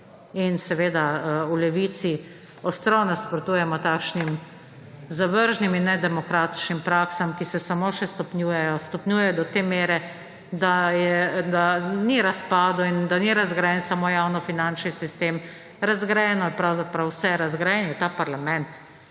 potrebna. V Levici ostro nasprotujemo takšnim zavržnim in nedemokratičnim praksam, ki se samo še stopnjujejo, stopnjujejo do te mere, da ni razpadel in da ni razgrajen samo javnofinančni sistem, razgrajeno je pravzaprav vse: razgrajen je ta parlament,